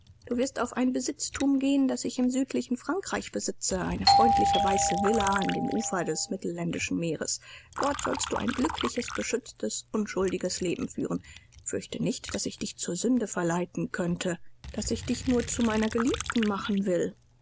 du wirst auf ein besitztum gehen das ich im südlichen frankreich besitze eine freundliche weiße villa an dem ufer des mittelländischen meeres dort sollst du ein glückliches beschütztes unschuldiges leben führen fürchte nicht daß ich dich zur sünde verleiten könnte daß ich dich nur zu meiner geliebten machen will